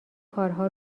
کارها